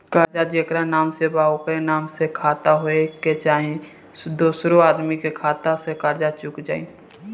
कर्जा जेकरा नाम से बा ओकरे नाम के खाता होए के चाही की दोस्रो आदमी के खाता से कर्जा चुक जाइ?